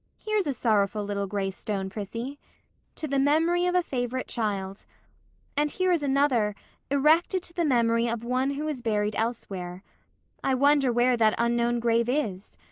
here's a sorrowful little gray stone, prissy to the memory of a favorite child and here is another erected to the memory of one who is buried elsewhere i wonder where that unknown grave is.